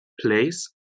place